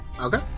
Okay